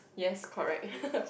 yes correct